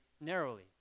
narrowly